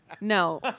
No